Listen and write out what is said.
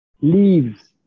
leaves